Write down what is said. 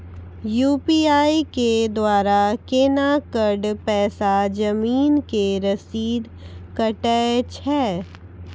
UPI के द्वारा केना कऽ पैसा जमीन के रसीद कटैय छै?